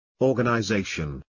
organization